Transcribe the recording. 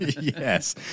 Yes